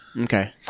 Okay